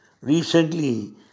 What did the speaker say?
recently